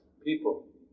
people